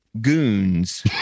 goons